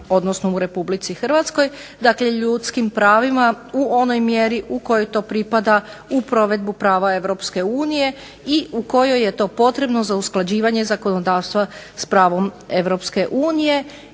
odnosno u Republici Hrvatskoj, dakle ljudskim pravima u onom mjeri u kojoj pripada u provedbu prava Europske unije i u kojoj je to potrebno za usklađivanje zakonodavstva s pravom